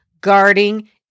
guarding